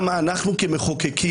למיגור הפשיעה והאלימות בחברה הערבית.